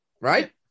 right